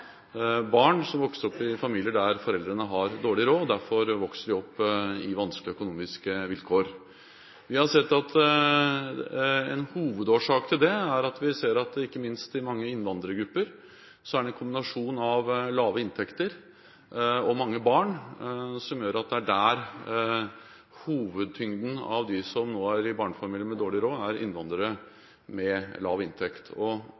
barn som vokser opp i familier der foreldrene har dårlig råd. Derfor vokser de opp under vanskelige økonomiske vilkår. En hovedårsak til det er, ikke minst i mange innvandrergrupper, en kombinasjon av lave inntekter og mange barn. Hovedtyngden av barnefamilier med dårlig råd er innvandrere med lav inntekt.